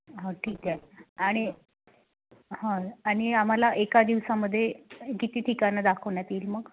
ह ठीक आहे आणि ह आणि आम्हाला एका दिवसामध्ये किती ठिकाणं दाखवण्यात येईल मग